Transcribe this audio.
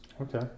Okay